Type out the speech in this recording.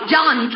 John